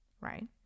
right